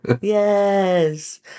Yes